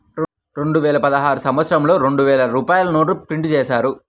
రెండువేల పదహారు సంవత్సరంలో రెండు వేల రూపాయల నోట్లు ప్రింటు చేశారు